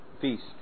feast